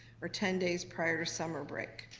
or ten days prior to summer break.